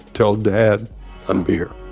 tell dad i'm here.